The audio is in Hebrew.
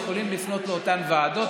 יכולים לפנות לאותן ועדות,